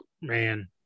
man